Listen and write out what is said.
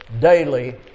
daily